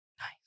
Nice